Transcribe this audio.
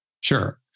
Sure